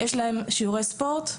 יש להם שיעורי ספורט,